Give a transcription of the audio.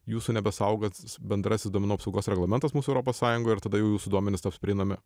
jūsų nebesaugos bendrasis duomenų apsaugos reglamentas mūsų europos sąjungoje ir tada jūsų duomenys taps prieinami